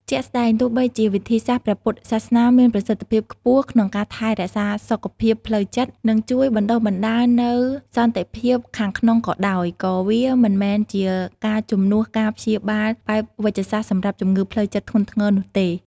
ជាក់ស្តែង ទោះបីជាវិធីសាស្ត្រព្រះពុទ្ធសាសនាមានប្រសិទ្ធភាពខ្ពស់ក្នុងការថែរក្សាសុខភាពផ្លូវចិត្ត និងជួយបណ្ដុះបណ្ដាលនូវសន្តិភាពខាងក្នុងក៏ដោយ ក៏វាមិនមែនជាការជំនួសការព្យាបាលបែបវេជ្ជសាស្ត្រសម្រាប់ជំងឺផ្លូវចិត្តធ្ងន់ធ្ងរនោះទេ។